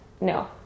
no